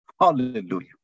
Hallelujah